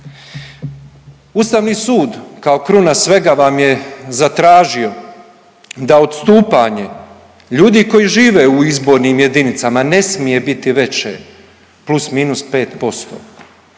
Ustavni sud kao kruna svega vam je zatražio da odstupanje ljudi koji žive u izbornim jedinicama ne smije biti veće plus, minus 5%. Što